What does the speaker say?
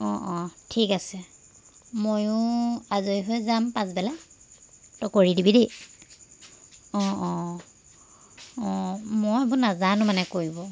অঁ অঁ ঠিক আছে ময়ো আজৰি হৈ যাম পাছবেলা তই কৰি দিবি দেই অঁ অঁ অঁ মই সেইবোৰ নাজানো মানে কৰিব